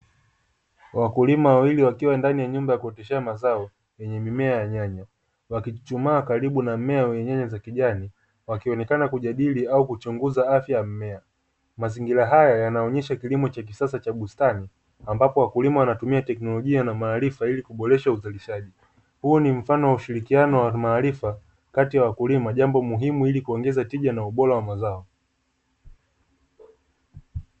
Wakulima wawili wakiwa ndani ya nyumba ya kuotesha mazao yenye mimea ya nyanya, wakichumaa karibu na mmea wenye nyanya za kijani, wakionekana kujadili au kuchunguza afya ya mmea. Mazingira haya yanaonyesha kilimo cha kisasa cha bustani, ambapo wakulima wanatumia teknolojia na maarifa, ili kuboresha uzalishaji. Huu ni mfano wa ushirikiano wa maarifa kati ya wakulima, jambo muhimu ili kuongeza tija na ubora wa mazao.